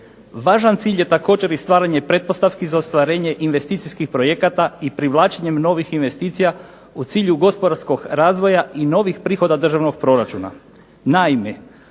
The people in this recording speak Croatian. Važan cilj je također i stvaranje pretpostavki za ostvarenje investicijskih projekata i privlačenjem novih investicija u cilju gospodarskog razvoja i novih prihoda državnog proračuna.